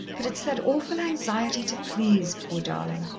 but it's that awful anxiety to please poor darling.